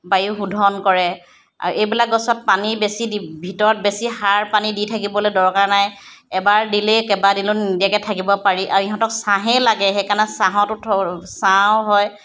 বায়ু শোধন কৰে আৰু এইবিলাক গছত পানী বেছি দি ভিতৰত বেছি সাৰ পানী দি থাকিবলৈ দৰকাৰ নাই এবাৰ দিলেই কেবাদিনো নিদিয়াকৈৈ থাকিব পাৰি আৰু ইহঁতক ছাঁয়েই লাগে সেইকাৰণে ছাঁতো থ'ব ছাঁও হয়